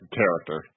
character